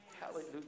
Hallelujah